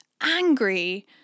angry